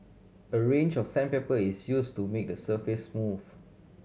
a range of sandpaper is use to make the surface smooth